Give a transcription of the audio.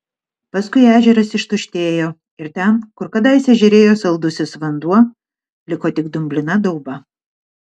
paskui ežeras ištuštėjo ir ten kur kadaise žėrėjo saldusis vanduo liko tik dumblina dauba